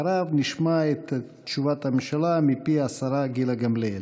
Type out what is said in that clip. אחריו נשמע את תשובת הממשלה מפי השרה גילה גמליאל.